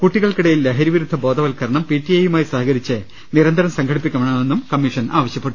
കുട്ടികൾക്കിടയിൽ ലഹരി വിരുദ്ധ ബോധവൽക്കരണം പി ടി എയു മായി സഹകരിച്ച് നിരന്തരം സംഘടിപ്പിക്കണമെന്നും കമ്മീഷൻ ആവശ്യപ്പെട്ടു